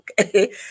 okay